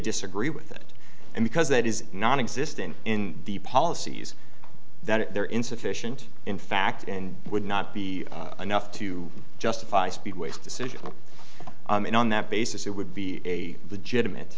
disagree with it and because that is nonexistent in the policies that they're insufficient in fact and would not be enough to justify speedways decision on that basis it would be a legitimate